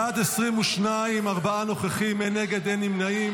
בעד, 22, ארבעה נוכחים, אין נגד, אין נמנעים.